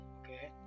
Okay